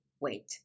wait